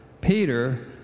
Peter